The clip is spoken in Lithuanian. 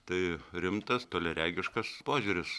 tai rimtas toliaregiškas požiūris